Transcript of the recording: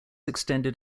extended